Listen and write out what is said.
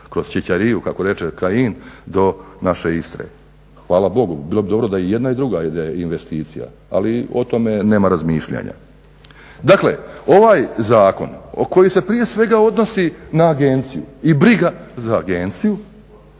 kroz Ćićariju kako reče Kajin do naše Istre. Hvala Bogu bilo bi dobro da i jedna i druga ide investicija, ali o tome nema razmišljanja. Dakle ovaj zakon koji se prije svega odnosi na agenciju i briga za agenciju